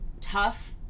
tough